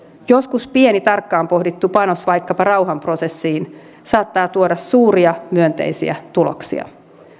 joskus pieni tarkkaan pohdittu panos vaikkapa rauhanprosessiin saattaa tuoda suuria myönteisiä tuloksia